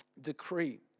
decree